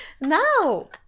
Now